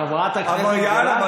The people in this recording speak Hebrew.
חברת הכנסת גולן,